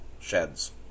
sheds